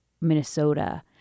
Minnesota